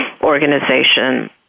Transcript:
organization